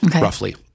roughly